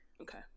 Okay